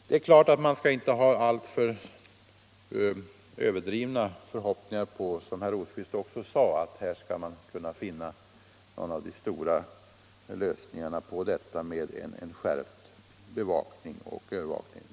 Det är klart att man inte skall ha alltför överdrivna förhoppningar, som herr Rosqvist också sade, om att man här skall kunna finna någon av de stora lösningarna när det gäller skärpt bevakning och övervakning.